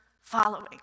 following